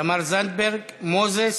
תמר זנדברג, מוזס,